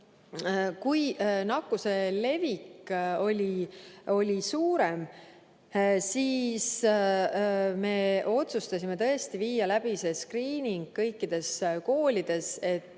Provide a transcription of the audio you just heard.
kui nakkuse levik oli suurem, siis me otsustasime tõesti viia läbi skriiningu kõikides koolides, et